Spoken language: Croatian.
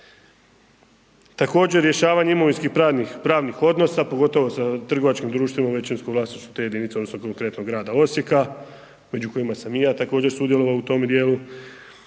Također rješavanje imovinskih pravnih odnosa pogotovo sa trgovačkim društvima u većinskom vlasništvu te jedinice odnosno konkretno grada Osijeka među kojima sam i ja također sudjelovao u tome djelu.